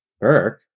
Burke